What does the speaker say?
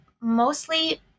mostly